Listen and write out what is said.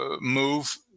move